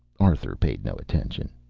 arthur paid no attention.